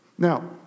Now